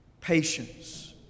patience